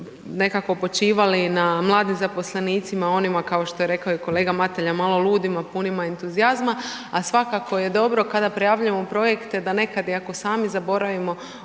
nekako počivali na mladim zaposlenicima onima kao što je rekao i kolega Mateljan, malo ludima punima entuzijazma, a svakako je dobro kada prijavljujemo projekte da nekada ako i sami zaboravimo